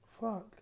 Fuck